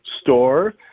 store